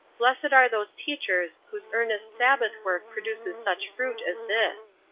blessed are those teachers whose earnest sabbath work produces such fruit as this!